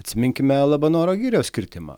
atsiminkime labanoro girios kirtimą